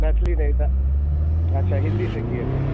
मैथली नहीं था अच्छा हिंदी से किए थे आप